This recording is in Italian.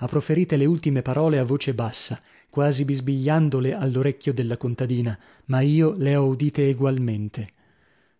ha proferite le ultime parole a voce bassa quasi bisbigliandole all'orecchio della contadina ma io le ho udite egualmente